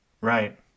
Right